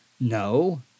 No